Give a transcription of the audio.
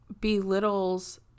belittles